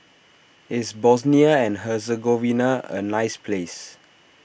is Bosnia and Herzegovina a nice place